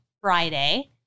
friday